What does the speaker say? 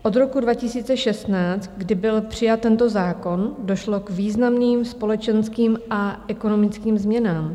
Od roku 2016, kdy byl přijat tento zákon, došlo k významným společenským a ekonomickým změnám.